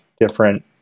different